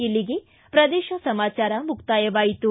ಇಲ್ಲಿಗೆ ಪ್ರದೇಶ ಸಮಾಚಾರ ಮುಕ್ತಾಯವಾಯಿತು